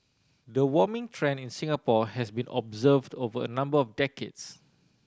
the warming trend in Singapore has been observed over a number of decades